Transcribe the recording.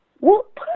whoop